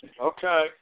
Okay